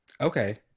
Okay